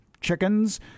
chickens